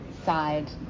Side